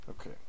Okay